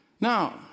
Now